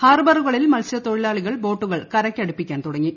ഹാർബറുകളിൽ മത്സ്യത്തൊഴിലാളികൾ ബോട്ടുകൾ കരയ്ക്കടുപ്പിക്കാൻ തുടങ്ങി